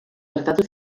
gertatu